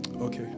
Okay